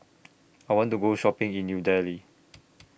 I want to Go Shopping in New Delhi